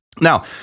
Now